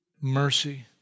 mercy